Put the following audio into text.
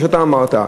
מה שאתה אמרת,